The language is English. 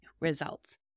results